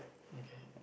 okay